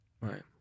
Right